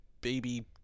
baby